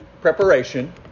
preparation